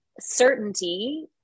certainty